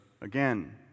again